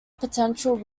potential